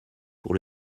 pour